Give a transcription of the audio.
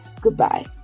Goodbye